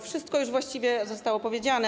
Wszystko już właściwie zostało powiedziane.